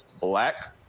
black